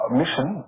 mission